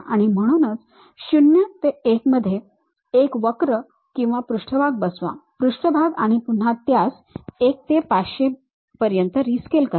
आणि म्हणूनच 0 1 मध्ये एक वक्र किंवा पृष्ठभाग बसवा पृष्ठभाग आणि पुन्हा त्यास 1 ते 500 पर्यंत रीस्केल करा